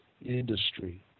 industry